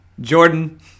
Jordan